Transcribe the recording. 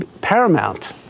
Paramount